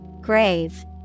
Grave